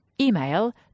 Email